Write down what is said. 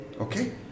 okay